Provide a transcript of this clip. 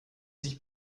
sich